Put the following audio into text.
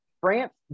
France